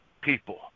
people